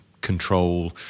control